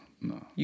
No